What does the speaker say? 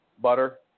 butter